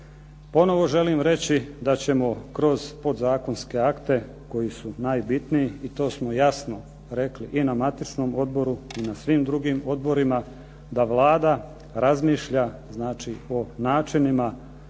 Ponovno želim reći da ćemo kroz podzakonske akte koji su najbitniji i to smo jasno rekli i na matičnom odboru i na svim drugim odborima da Vlada razmišlja o načinima